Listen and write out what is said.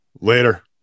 Later